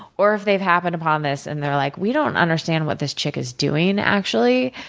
or, if they've happened upon this, and they're like, we don't understand what this chick is doing, actually.